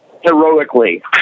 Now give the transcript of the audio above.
heroically